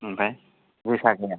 ओमफ्राय जोसा गैया